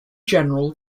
general